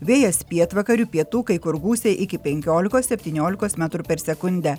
vėjas pietvakarių pietų kai kur gūsiai iki penkiolikos septyniolikos metrų per sekundę